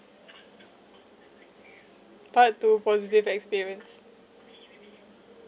part two positive experience